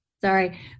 Sorry